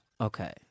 Okay